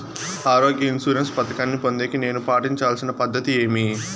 ఆరోగ్య ఇన్సూరెన్సు పథకాన్ని పొందేకి నేను పాటించాల్సిన పద్ధతి ఏమి?